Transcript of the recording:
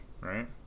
right